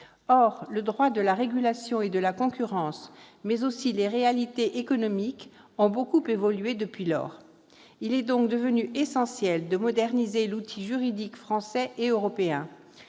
Or le droit de la régulation et de la concurrence, mais aussi les réalités économiques ont beaucoup évolué depuis lors. Il est donc devenu essentiel de moderniser l'outil juridique français et européen.